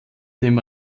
dem